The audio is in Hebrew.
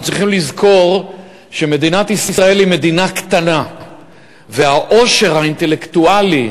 אנחנו צריכים לזכור שמדינת ישראל היא מדינה קטנה והעושר האינטלקטואלי